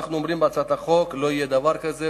אנחנו אומרים בהצעת החוק: לא יהיה דבר כזה.